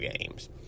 games